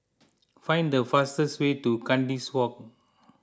find the fastest way to Kandis Walk